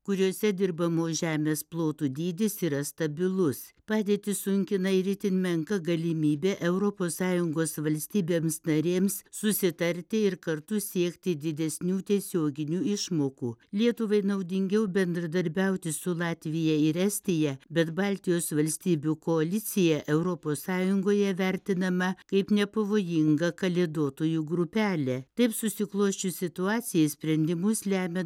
kuriose dirbamos žemės plotų dydis yra stabilus padėtį sunkina ir itin menka galimybė europos sąjungos valstybėms narėms susitarti ir kartu siekti didesnių tiesioginių išmokų lietuvai naudingiau bendradarbiauti su latvija ir estija bet baltijos valstybių koalicija europos sąjungoje vertinama kaip nepavojinga kalėdotojų grupelė taip susiklosčius situacijai sprendimus lemia